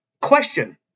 Question